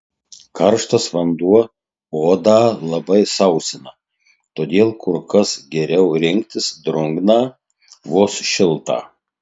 karštas vanduo odą labai sausina todėl kur kas geriau rinktis drungną vos šiltą